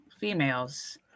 Females